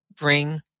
bring